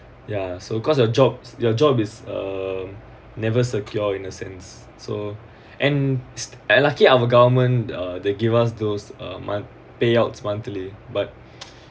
ya so cause your jobs your job is uh never secure in a sense so and a lucky our government uh they give us those are my payouts monthly but